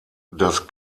das